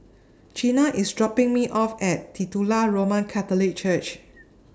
Jeana IS dropping Me off At Titular Roman Catholic Church